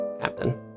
captain